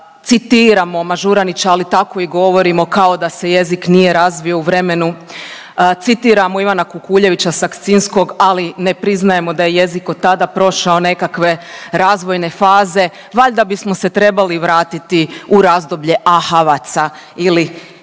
citiramo Mažuranića ali tako i govorimo kao da se jezik nije razvio u vremenu. Citiramo Ivana Kukuljevića Sakcinskog ali ne priznajemo da je jezik od tada prošao nekakve razvojne faze. Valjda bismo se trebali vratiti u razdoblje ahavaca ili čega